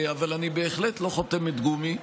אבל אני בהחלט לא חותמת גומי.